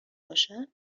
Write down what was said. باشم